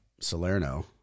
Salerno